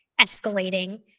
escalating